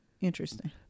interesting